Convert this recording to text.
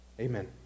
Amen